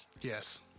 Yes